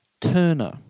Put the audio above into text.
Turner